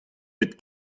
bet